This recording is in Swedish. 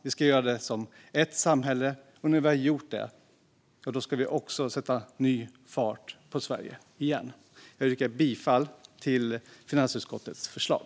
Vi ska göra det som ett samhälle, och när vi har gjort det ska vi sätta ny fart på Sverige igen. Jag yrkar bifall till finansutskottets förslag.